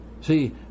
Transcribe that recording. See